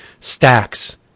stacks